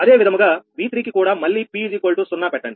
అదే విధముగా V3 కి కూడా మళ్లీ p0 పెట్టండి